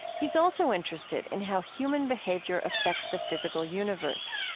he's also interested in how human behavior affects the physical universe.